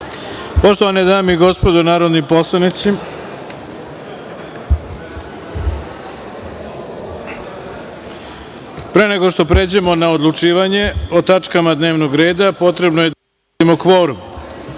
Poštovane dame i gospodo narodni poslanici, pre nego što pređemo na odlučivanje o tačkama dnevnog reda, potrebno je da utvrdimo